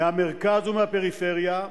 מהמרכז ומהפריפריה,